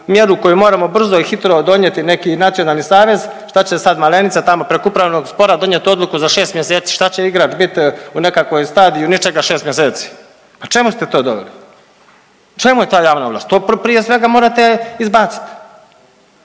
mjeru koju moramo brzo i hitro donijeti, neki nacionalni savez, šta će sad, Malenica tamo preko upravnog spora donijeti odluku za 6 mjeseci? Šta će igrač bit u nekakvoj stadiju ničega 6 mjeseci? Pa čemu ste to doveli? Čemu ta javna ovlast? To prije svega morate izbaciti.